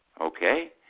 okay